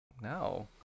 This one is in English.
No